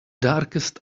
darkest